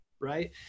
right